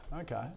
Okay